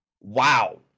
Wow